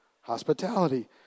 Hospitality